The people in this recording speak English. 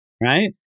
right